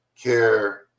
care